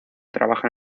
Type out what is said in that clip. trabaja